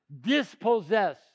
dispossess